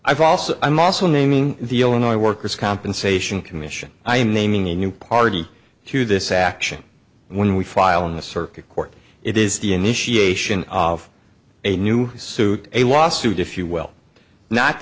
i've also i'm also naming the illinois workers compensation commission i am naming a new party to this action when we file in the circuit court it is the initiation of a new suit a lawsuit if you will not